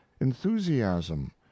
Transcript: enthusiasm